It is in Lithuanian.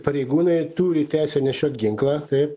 pareigūnai turi teisę nešiot ginklą taip